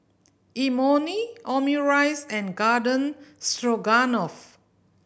Imoni Omurice and Garden Stroganoff